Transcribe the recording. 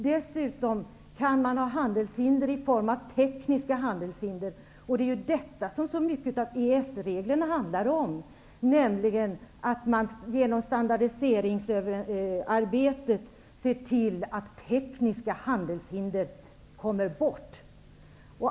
Dessutom kan det förekomma handelshinder av teknisk art, och det är ju detta som så mycket av EES-reglerna handlar om, nämligen att man genom standardiseringsarbetet ser till att tekniska handelshinder försvinner.